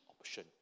option